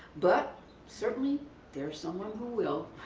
but certainly there's someone who will.